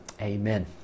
Amen